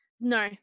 No